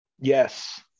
yes